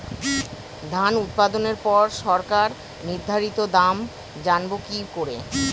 ধান উৎপাদনে পর সরকার নির্ধারিত দাম জানবো কি করে?